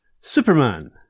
Superman